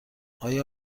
آیا